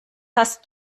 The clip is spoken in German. hast